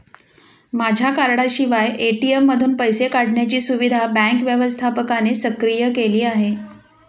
माझ्या कार्डाशिवाय ए.टी.एम मधून पैसे काढण्याची सुविधा बँक व्यवस्थापकाने सक्रिय केली आहे